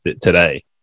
today